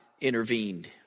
intervened